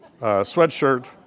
sweatshirt